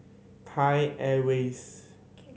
Thai Airways